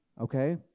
okay